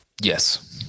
Yes